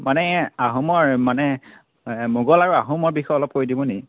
মানে আহোমৰ মানে মোগল আৰু আহোমৰ বিষয়ে অলপ কৈ দিবনি